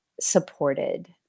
supported